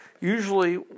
Usually